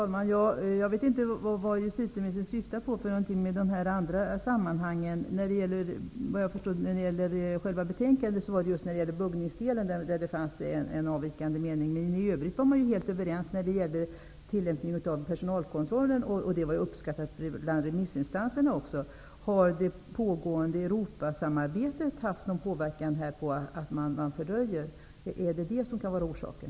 Fru talman! Jag vet inte vad justitieministern syftar på när hon talar om andra sammanhang. När det gäller själva betänkandet var det just kring frågan om buggningen som det fanns en avvikande mening, men vad beträffar tillämpningen av personalkontrollen var man helt överens. Förslaget var ju uppskattat hos remissinstanserna också. Har det pågående Europasamarbetet haft något att göra med att arbetet fördröjs? Kan det vara orsaken?